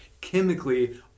chemically